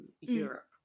Europe